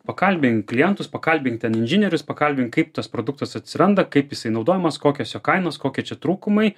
pakalbink klientus pakalbink ten inžinierius pakalbinti kaip tas produktas atsiranda kaip jisai naudojamas kokios jo kainos kokie čia trūkumai